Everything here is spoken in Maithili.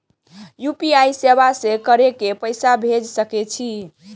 यू.पी.आई सेवा से ककरो पैसा भेज सके छी?